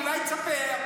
אל תנסה להשפיל אנשים.